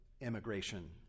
immigration